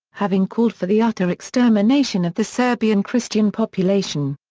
having called for the utter extermination of the serbian christian population.